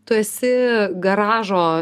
tu esi garažo